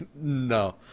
No